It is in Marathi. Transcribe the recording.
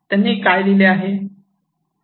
त्यांनी काय लिहिले आहे